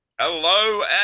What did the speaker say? Hello